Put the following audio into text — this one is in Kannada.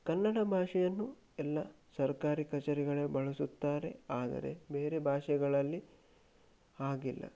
ಕನ್ನಡ ಭಾಷೆಯನ್ನು ಎಲ್ಲ ಸರ್ಕಾರಿ ಕಚೇರಿಗಳು ಬಳಸುತ್ತಾರೆ ಆದರೆ ಬೇರೆ ಭಾಷೆಗಳಲ್ಲಿ ಹಾಗಿಲ್ಲ